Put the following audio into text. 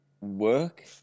work